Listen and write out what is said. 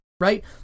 right